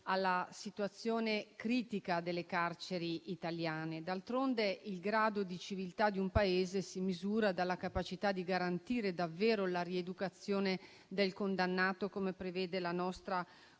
alla situazione critica delle carceri italiane. D'altronde, il grado di civiltà di un Paese si misura dalla capacità di garantire davvero la rieducazione del condannato, come prevede la nostra